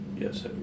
Yes